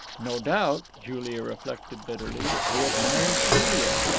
no doubt, juliet reflected bitterly, he admired julia.